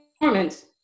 performance